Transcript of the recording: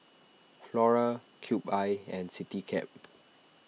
Flora Cube I and CityCab